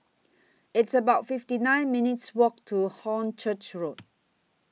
It's about fifty nine minutes' Walk to Hornchurch Road